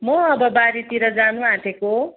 म अब बारीतिर जान आँटेको